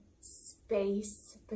space